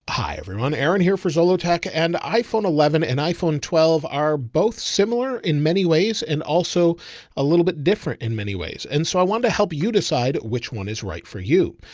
hi, everyone. aaron here for zollotech and iphone eleven and iphone twelve are both similar in many ways and also a little bit different in many ways. and so i wanted to help you decide which one is right for you.